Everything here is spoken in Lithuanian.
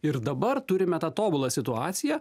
ir dabar turime tą tobulą situaciją